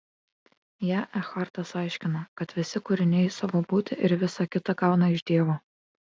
ją ekhartas aiškina kad visi kūriniai savo būtį ir visa kita gauna iš dievo